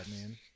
man